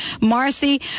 marcy